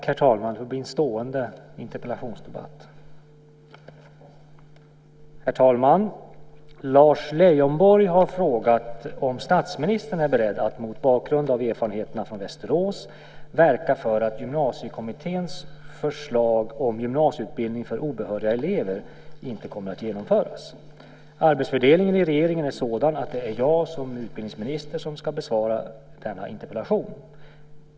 Herr talman! Lars Leijonborg har frågat om statsministern är beredd att mot bakgrund av erfarenheterna från Västerås verka för att Gymnasiekommitténs förslag om gymnasieutbildning för obehöriga elever inte kommer att genomföras. Arbetsfördelningen i regeringen är sådan att det är jag som utbildningsminister som ska besvara denna interpellation.